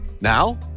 Now